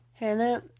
Hannah